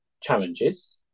challenges